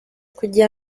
kugira